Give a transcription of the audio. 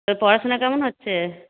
তোর পড়াশোনা কেমন হচ্ছে